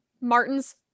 Martin's